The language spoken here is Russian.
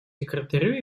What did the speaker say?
секретарю